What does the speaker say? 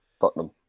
Tottenham